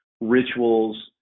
rituals